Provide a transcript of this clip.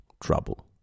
trouble